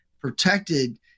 protected